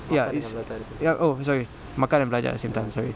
ya is ya oh sorry makan dan belajar at the same time sorry